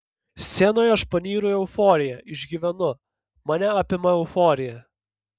scenoje aš panyru į euforiją išgyvenu mane apima euforija